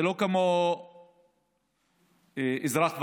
זה לא כמו אזרח ותיק,